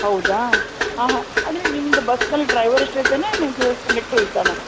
ಹೌದಾ ಆಂ ಹಾಂ ಅಂದರೆ ನಿಮ್ದು ಬಸ್ನಲ್ಲಿ ಡ್ರೈವರ್ ಅಷ್ಟೇ ಇರ್ತಾನಾ ಕಂಡಕ್ಟ್ರು ಇರ್ತಾನಾ